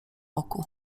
oku